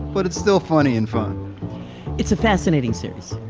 but it's still funny and fun it's a fascinating series.